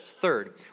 Third